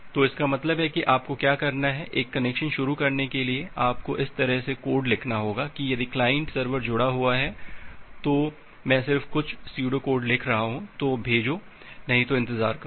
तो इसका मतलब है कि आपको क्या करना है एक कनेक्शन शुरू करने के लिए आपको इस तरह से कोड लिखना होगा कि यदि क्लाइंट सर्वर जुड़ा हुआ है तो मैं सिर्फ कुछ सूडो कोड लिख रहा हूं तो भेजो नहीं तो इंतज़ार करो